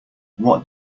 what